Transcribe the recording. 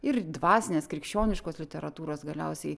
ir dvasinės krikščioniškos literatūros galiausiai